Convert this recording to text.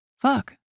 Fuck